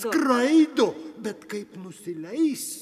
skraido bet kaip nusileis